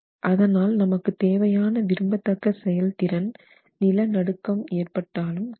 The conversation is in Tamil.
அதனால் நமக்கு தேவையான விரும்பத்தக்க செயல் திரன் நிலநடுக்கம் ஏற்பட்டாலும் கிடைக்கும்